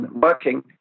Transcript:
working